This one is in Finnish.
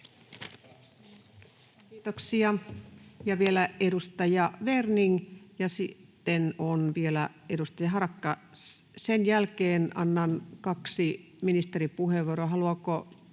Kiitoksia. — Vielä edustaja Werning, ja sitten on vielä edustaja Harakka. Sen jälkeen annan kaksi ministeripuheenvuoroa.